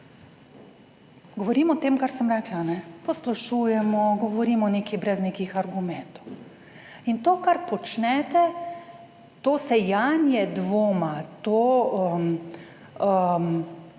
Govorim o tem, kar sem rekla, ne posplošujemo, govorimo o nekaj brez nekih argumentov. In to kar počnete, to sejanje dvoma, te